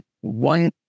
One